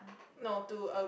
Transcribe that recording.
no to a